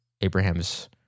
Abraham's